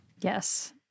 Yes